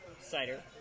cider